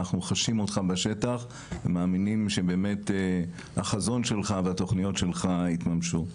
אנחנו חשים אותך בשטח ומאמינים שבאמת החזון שלך והתוכניות שלך יתממשו.